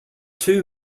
two